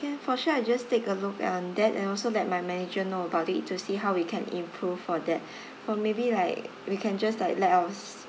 can for sure I'll just take a look on that and also let my manager know about it to see how we can improve for that or maybe like we can just like let our ch~